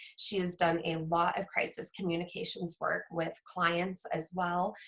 she has done a lot of crisis communications work with clients as well,